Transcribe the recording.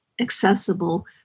accessible